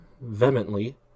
vehemently